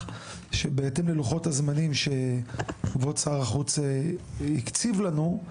שבהתאם ללוחות הזמנים שכבוד שר החוץ הקציב לנו,